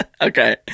Okay